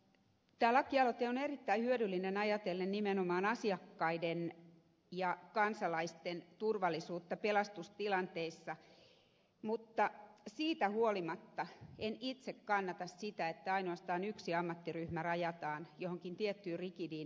tämä lakialoite on erittäin hyödyllinen ajatellen nimenomaan asiakkaiden ja kansalaisten turvallisuutta pelastustilanteissa mutta siitä huolimatta en itse kannata sitä että ainoastaan yksi ammattiryhmä rajataan johonkin tiettyyn rigidiin eläkeikään ja eläköitymisikään